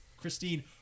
christine